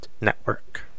network